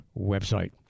website